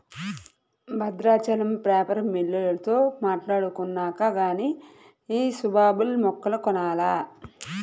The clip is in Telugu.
బద్రాచలం పేపరు మిల్లోల్లతో మాట్టాడుకొన్నాక గానీ సుబాబుల్ మొక్కలు కొనాల